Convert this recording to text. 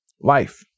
Life